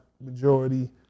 majority